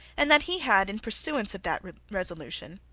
and that he had, in pursuance of that resolution,